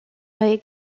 ray